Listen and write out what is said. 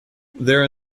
there